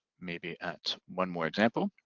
maybe at one more example.